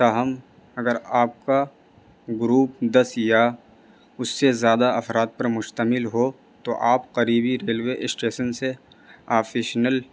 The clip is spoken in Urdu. تاہم اگر آپ کا گروپ دس یا اس سے زیادہ افراد پر مشتمل ہو تو آپ قریبی ریلوے اسٹیشن سے آفیشنل